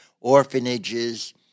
orphanages